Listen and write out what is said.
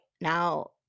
now